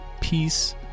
peace